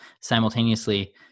simultaneously